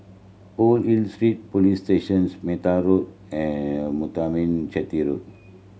Old Hill Street Police Station Metta School and Muthuraman Chetty Road